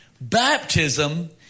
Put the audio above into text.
Baptism